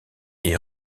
est